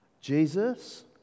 Jesus